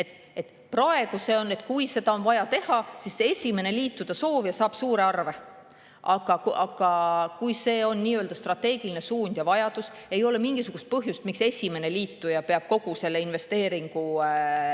Praegu on nii, et kui seda on vaja teha, siis see esimene liituda soovija saab suure arve. Aga kui see on nii‑öelda strateegiline suund ja vajadus, siis ei ole mingisugust põhjust, miks esimene liituja peaks kogu selle investeeringu ise